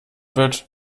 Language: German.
wird